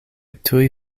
tuj